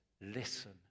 listen